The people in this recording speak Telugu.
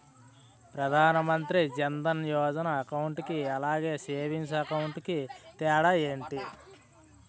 ప్రధాన్ మంత్రి జన్ దన్ యోజన అకౌంట్ కి అలాగే సేవింగ్స్ అకౌంట్ కి తేడా ఏంటి?